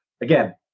again